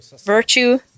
virtue